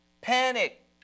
Panic